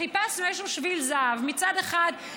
וחיפשנו איזשהו שביל זהב: מצד אחד,